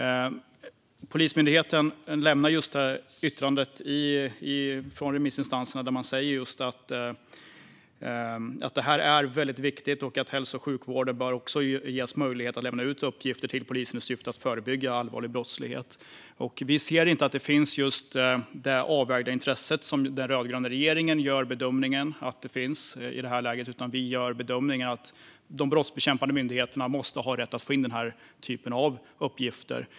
Polismyndigheten har lämnat ett yttrande under remissförfarandet där man säger att det här är väldigt viktigt och att hälso och sjukvården också bör ges möjlighet att lämna ut uppgifter till polisen i syfte att förebygga allvarlig brottslighet. Vi ser inte att det finns det avvägda intresse som den rödgröna regeringen bedömer finns, utan vi gör bedömningen att de brottsbekämpande myndigheterna måste ha rätt att få in den här typen av uppgifter.